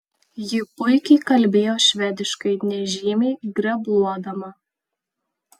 ji puikiai kalbėjo švediškai nežymiai grebluodama